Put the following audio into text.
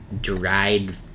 dried